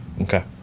Okay